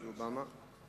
אובמה.